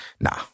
Nah